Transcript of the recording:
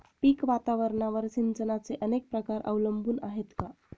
पीक वातावरणावर सिंचनाचे अनेक प्रकार अवलंबून आहेत का?